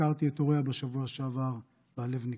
ביקרתי את הוריה בשבוע שעבר, והלב נקרע.